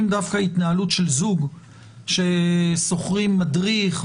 דווקא התנהלות של זוג ששוכרים מדריך וכו'